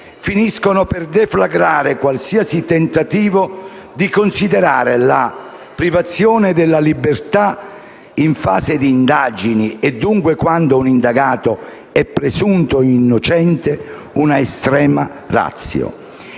finiscono per deflagrare qualsiasi tentativo di considerare la privazione della libertà in fase di indagini (dunque quando l'indagato è presunto innocente) un'*extrema* *ratio*.